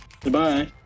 Goodbye